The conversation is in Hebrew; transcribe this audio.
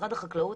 למשרד החקלאות